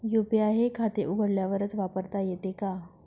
UPI हे खाते उघडल्यावरच वापरता येते का?